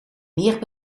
meer